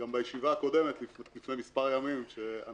גם בישיבה הקודמת, לפני מספר ימים, כאשר